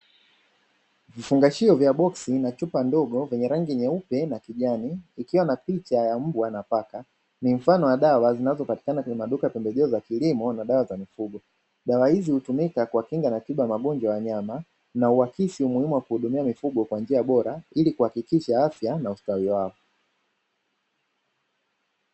Vifungashio vya boksi na chupa ndogo vyenye rangi nyeupe, na kijani ikiwa na picha ya mbwa na paka, ni mfano wa dawa zinazopatikana kwenye maduka ya pembejeo za kilimo na dawa za mifugo, dawa hizi hutumika kuwakinga na tiba magonjwa ya wanyama, na huakisi umuhimu wa kuhudimia mifugo kwa njia bora, ili kuhakikisha afya na ustawi wao.